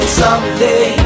someday